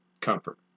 comfort